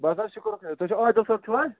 بہٕ حظ شُکر تُہۍ چھُ عٲدِل صٲب چھِوا